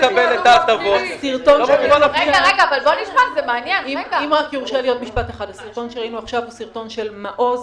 הסרטון שראינו עכשיו הוא סרטון של מעוז,